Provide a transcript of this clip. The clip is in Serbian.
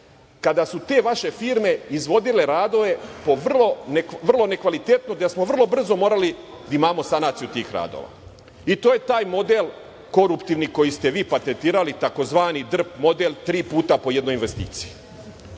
kada su te vaše firme izvodile radove vrlo nekvalitetno, gde smo vrlo brzo morali da imamo sanaciju tih radova. To je taj model, koruptivni, koji ste vi patentirali, tzv. drp model tri puta po jednoj investiciji.